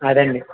అదే అండి